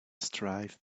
strive